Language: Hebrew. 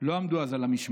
לא עמדו אז על המשמר,